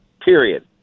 period